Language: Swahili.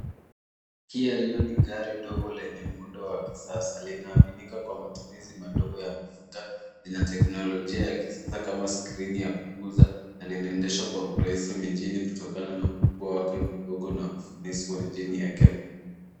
Kia Rio ni gari ndogo lenye muundo wa kisasa. Linaaminika kwa matumizi madogo ya mafuta. Lina teknolojia ya kisasa kama skrini ya kukuza na linaendeshwa kwa rahisi mijini kutokana na ukubwa wake mdogo na ufanisi wa injini yake mpya.